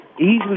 easily